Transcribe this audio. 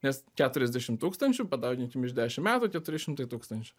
nes keturiasdešim tūkstančių padauginkim iš dešim metų keturi šimtai tūkstančių